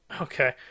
Okay